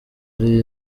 ari